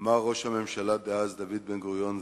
אמר ראש הממשלה דאז דוד בן-גוריון,